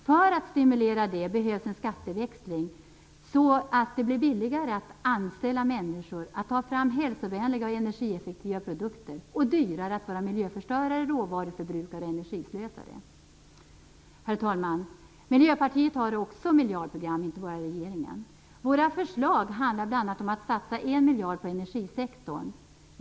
För att stimulera detta behövs en skatteväxling så att det blir billigare att anställa människor, att ta fram hälsovänliga och energieffektiva produkter och dyrare att vara miljöförstörare, råvaruförbrukare och energislösare. Herr talman! Miljöpartiet har också miljardprogram - det är inte bara regeringen som har det. Våra förslag handlar bl.a. om att satsa 1 miljard på energisektorn.